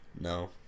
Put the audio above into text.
No